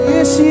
Yes